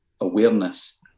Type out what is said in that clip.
awareness